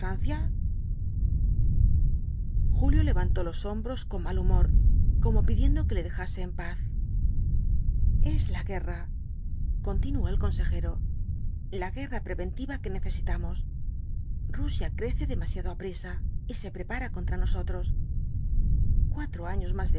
julio levantó los hombros con mal humor como pidiendo que le dejase en paz es la guerra continuó el consejero la guerra preventiva que necesitamos rusia crece demasiado aprisa y se prepara contra nosotros cuatro años más